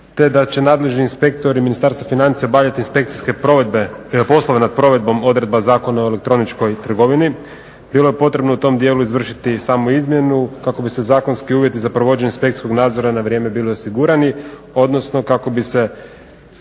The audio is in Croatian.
te da će nadležni inspektori Ministarstva financija obavljati inspekcijske poslove nad provedbom odredba Zakona o elektroničkoj trgovini bilo je potrebno u tom dijelu izvršiti samu izmjenu kako bi se zakonski uvjeti za provođenje inspekcijskog nadzora na vrijeme bili osigurani odnosno kako bi se